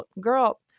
girl